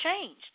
changed